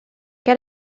qu’à